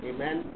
Amen